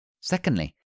Secondly